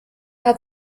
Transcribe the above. hat